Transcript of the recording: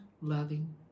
loving